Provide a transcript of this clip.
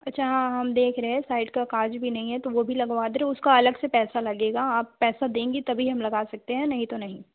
अच्छा हाँ हम देख रहे हैं साइड का काँच भी नहीं है तो वो भी लगवा दे रहे उसको अलग से पैसा लगेगा आप पैसा देंगी तभी हम लगा सकते हैं नहीं तो नहीं